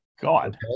God